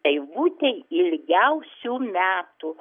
eivutei ilgiausių metų